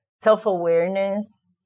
self-awareness